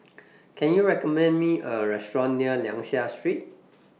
Can YOU recommend Me A Restaurant near Liang Seah Street